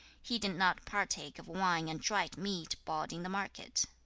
he did not partake of wine and dried meat bought in the market.